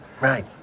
right